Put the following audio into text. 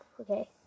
Okay